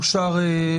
הצבעה אושר.